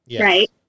right